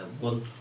One